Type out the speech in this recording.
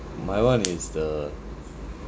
my [one] is the